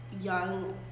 young